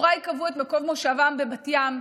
הוריי קבעו את מקום מושבם בבת ים,